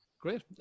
Great